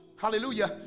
hallelujah